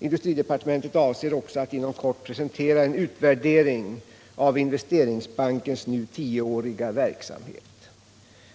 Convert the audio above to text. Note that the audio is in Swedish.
Industridepartementet avser också att inom kort presentera en utvärdering av Investeringsbankens nu tioåriga verksamhet.